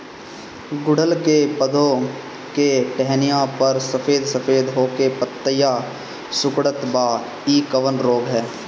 गुड़हल के पधौ के टहनियाँ पर सफेद सफेद हो के पतईया सुकुड़त बा इ कवन रोग ह?